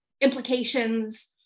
implications